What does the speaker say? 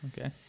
Okay